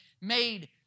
made